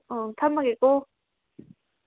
ꯑꯪ ꯊꯝꯃꯒꯦꯀꯣ